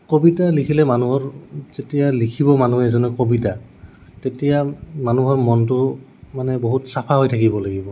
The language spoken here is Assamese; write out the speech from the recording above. কবিতা লিখিলে মানুহৰ যেতিয়া লিখিব মানুহ এজনে কবিতা তেতিয়া মানুহৰ মনটো মানে বহুত চাফা হৈ থাকিব লাগিব